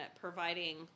providing